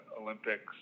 Olympics